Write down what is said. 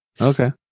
okay